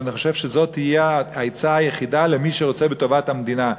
אבל אני חושב שזאת תהיה העצה היחידה למי שרוצה בטובת המדינה.